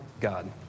God